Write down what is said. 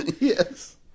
yes